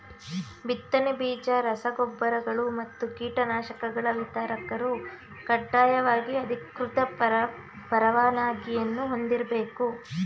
ಬಿತ್ತನೆ ಬೀಜ ರಸ ಗೊಬ್ಬರಗಳು ಮತ್ತು ಕೀಟನಾಶಕಗಳ ವಿತರಕರು ಕಡ್ಡಾಯವಾಗಿ ಅಧಿಕೃತ ಪರವಾನಗಿಯನ್ನೂ ಹೊಂದಿರ್ಬೇಕು